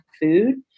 food